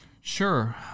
Sure